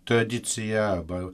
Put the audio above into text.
tradiciją arba